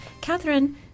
Catherine